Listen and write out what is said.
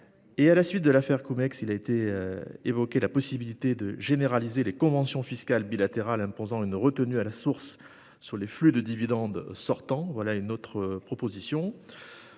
À la suite de l'affaire CumEx a été évoquée la possibilité de généraliser les conventions fiscales bilatérales imposant une retenue à la source sur les flux de dividendes sortants. Monsieur le ministre,